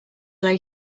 lay